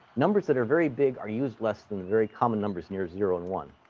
numbers that are very big are used less than the very common numbers near zero and one.